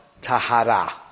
Tahara